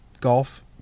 golf